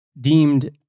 deemed